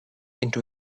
into